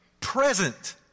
present